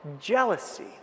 jealousy